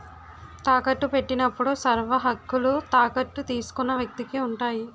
తాకట్టు పెట్టినప్పుడు సర్వహక్కులు తాకట్టు తీసుకున్న వ్యక్తికి ఉంటాయి